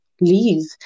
leave